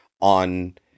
on